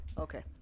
Okay